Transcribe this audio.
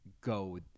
go